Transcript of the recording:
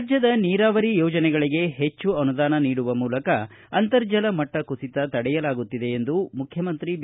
ರಾಜ್ಯದ ನೀರಾವರಿ ಯೋಜನೆಗಳಿಗೆ ಹೆಚ್ಚು ಅನುದಾನ ನೀಡುವ ಮೂಲಕ ಅಂತರ್ಜಲ ಮಟ್ಟ ಕುಸಿತ ತಡೆಯಲಾಗುತ್ತಿದೆ ಎಂದು ಮುಖ್ಯಮಂತ್ರಿ ಬಿ